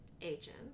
agent